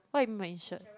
what you mean by insured